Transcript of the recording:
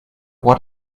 what